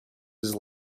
his